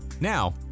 Now